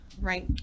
Right